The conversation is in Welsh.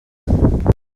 dda